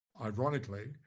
ironically